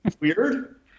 weird